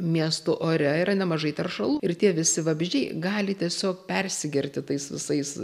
miestų ore yra nemažai teršalų ir tie visi vabzdžiai gali tiesiog persigerti tais visais